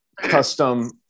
custom